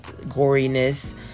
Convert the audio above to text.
goriness